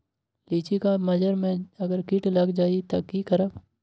लिचि क मजर म अगर किट लग जाई त की करब?